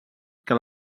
que